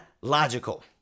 logical